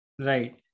Right